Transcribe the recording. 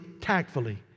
tactfully